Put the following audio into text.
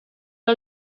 que